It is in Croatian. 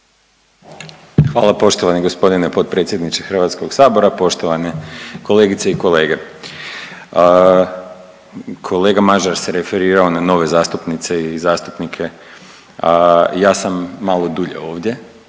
Hvala poštovani g. potpredsjedniče HS-a, poštovane kolegice i kolege. Kolega Mažar se referirao na nove zastupnice i zastupnike. Ja sam malo dulje ovdje,